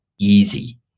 easy